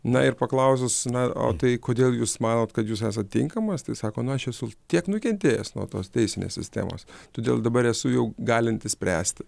na ir paklausus na o tai kodėl jūs manot kad jūs esat tinkamas tai sako nu aš esu tiek nukentėjęs nuo tos teisinės sistemos todėl dabar esu jau galintis spręsti